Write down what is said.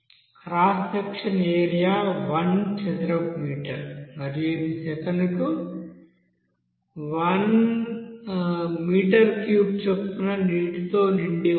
cross sectional area 1 చదరపు metre మరియు ఇది సెకనుకు మీటర్ క్యూబ్ చొప్పున నీటితో నిండి ఉంటుంది